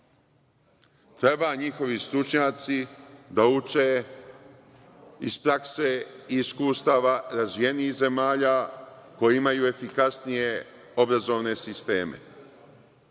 Treba njihovi stručnjaci da uče iz prakse i iz iskustava razvijenijih zemalja koji imaju efikasnije obrazovne sisteme.